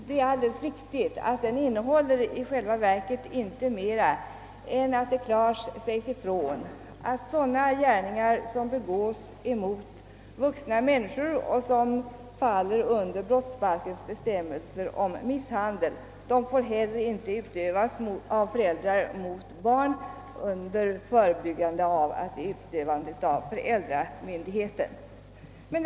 Det är alldeles riktigt att den i själva verket inte innebär något annat än att det klart sägs ifrån att sådana gärningar, som begås mot vuxna människor och som faller under brottsbalkens bestämmelser om misshandel, inte får utövas av föräldrar mot barn under förebärande av att de innebär ett upprätthållande av föräldramyndigheten.